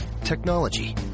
Technology